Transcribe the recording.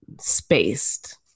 Spaced